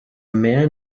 man